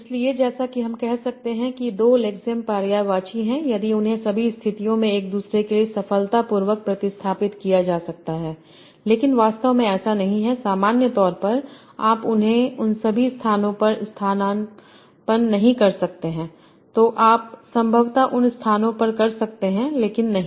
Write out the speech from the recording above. इसलिए जैसा कि हम कह सकते हैं कि दो लेक्सेम पर्यायवाची हैं यदि उन्हें सभी स्थितियों में एक दूसरे के लिए सफलतापूर्वक प्रतिस्थापित किया जा सकता है लेकिन वास्तव में ऐसा नहीं है सामान्य तौर पर आप उन्हें उन सभी स्थानों पर स्थानापन्न नहीं कर सकते हैं जो आप संभवतः उन स्थानों पर कर सकते हैं लेकिन नहीं